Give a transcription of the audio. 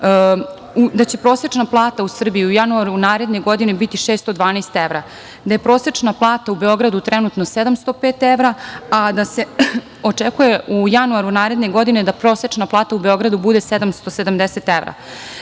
da će prosečna plata u Srbiji u januaru naredne godine biti 612 evra, da je prosečna plata u Beogradu trenutno 705 evra, a da se očekuje u januaru naredne godine da prosečna plata u Beogradu bude 770